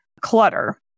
clutter